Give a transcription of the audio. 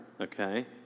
Okay